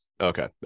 Okay